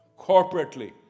corporately